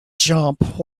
jump